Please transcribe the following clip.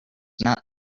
not